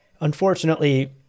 unfortunately